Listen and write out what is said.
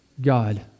God